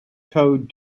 towed